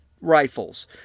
rifles